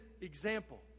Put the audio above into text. example